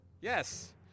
Yes